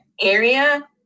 area